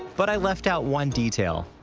but i left out one detail.